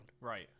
right